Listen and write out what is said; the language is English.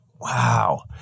Wow